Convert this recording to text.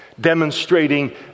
demonstrating